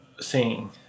seeing